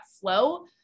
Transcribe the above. flow